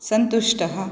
सन्तुष्टः